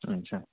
ଆଚ୍ଛା